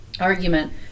argument